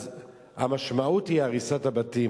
המשמעות היא הריסת הבתים.